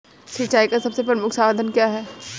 सिंचाई का सबसे प्रमुख साधन क्या है?